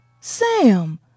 Sam